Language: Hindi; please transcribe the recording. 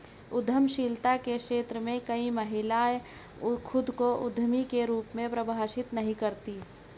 उद्यमशीलता के क्षेत्र में कई महिलाएं खुद को उद्यमी के रूप में परिभाषित नहीं करती